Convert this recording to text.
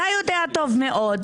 אתה יודע טוב מאוד,